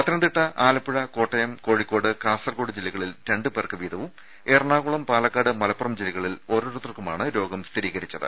പത്തനംതിട്ട ആലപ്പുഴ കോട്ടയം കോഴിക്കോട് കാസർകോട് ജില്ലകളിൽ രണ്ടു പേർക്ക് വീതവും എറണാകുളം പാലക്കാട് മലപ്പുറം ജില്ലകളിൽ ഓരോരുത്തർക്കുമാണ് രോഗം സ്ഥിരീകരിച്ചത്